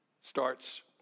starts